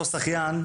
אותו שחיין,